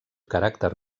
caràcter